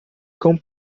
cão